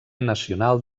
nacional